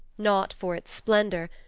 not for its splendor,